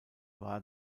war